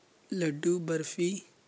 ਲੱਡੂ barfi